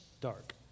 dark